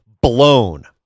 blown